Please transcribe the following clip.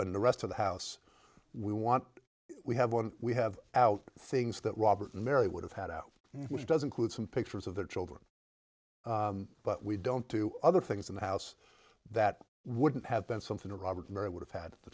and the rest of the house we want we have one we have out things that robert and mary would have had out which does include some pictures of the children but we don't do other things in the house that wouldn't have been something robert murray would have had the